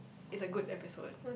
it's a good episode